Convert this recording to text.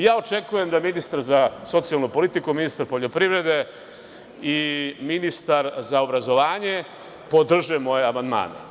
Očekujem da ministar za socijalnu politiku, ministar poljoprivrede i ministar za obrazovanje podrže moje amandmane.